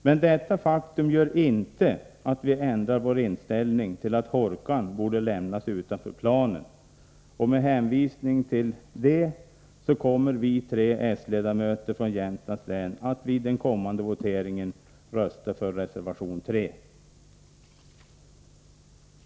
Men detta faktum gör inte att vi ändrar vår inställning till att Hårkan borde lämnas utanför planen. Med hänvisning till detta kommer vi tre s-ledamöter från Jämtlands län att vid den kommande voteringen rösta för reservation 3.